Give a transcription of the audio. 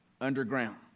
underground